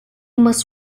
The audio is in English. most